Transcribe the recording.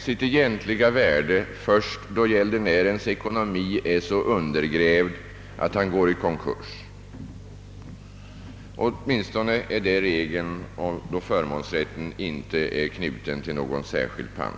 sitt egentliga värde först då gäldenärens ekonomi är så undergrävd att vederbörande går i konkurs. Åtminstone är det regeln då förmånsrätten inte är knuten till någon särskild pant.